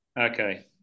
Okay